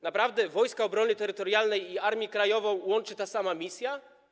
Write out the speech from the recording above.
Naprawdę Wojska Obrony Terytorialnej i Armię Krajową łączy ta sama misja?